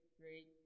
great